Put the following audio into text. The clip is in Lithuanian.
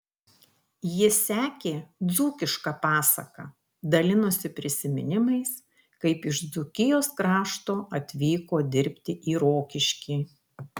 ji sekė dzūkišką pasaką dalinosi prisiminimais kaip iš dzūkijos krašto atvyko dirbti į rokiškį